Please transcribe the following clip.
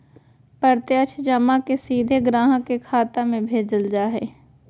प्रत्यक्ष जमा के सीधे ग्राहक के खाता में भेजल जा हइ